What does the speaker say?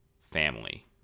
family